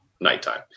nighttime